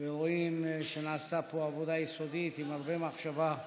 ורואים שנעשתה פה עבודה יסודית עם הרבה מחשבה.